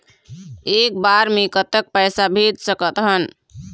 एक बार मे कतक पैसा भेज सकत हन?